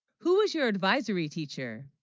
who, was your advisory teacher?